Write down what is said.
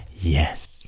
yes